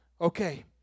okay